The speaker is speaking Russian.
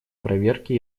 проверки